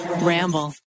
Ramble